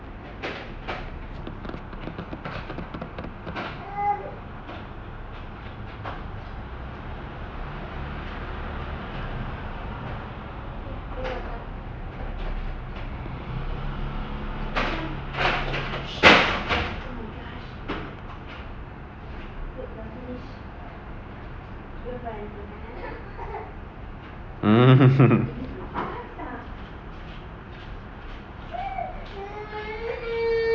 mm